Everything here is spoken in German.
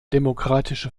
demokratische